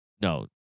No